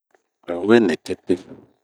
Awe ni tete.